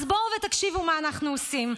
אז בואו ותקשיבו מה אנחנו עושים.